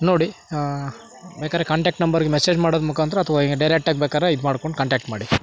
ನೋಡಿ ಬೇಕಾದರೆ ಕಾಂಟಾಕ್ಟ್ ನಂಬರ್ಗೆ ಮೆಸೇಜ್ ಮಾಡುವ ಮುಖಾಂತರ ಅಥವಾ ಡೈರೆಕ್ಟ್ ಆಗಿ ಬೇಕಾದ್ರೆ ಇದು ಮಾಡ್ಕೊಂಡು ಕಾಂಟಾಕ್ಟ್ ಮಾಡಿ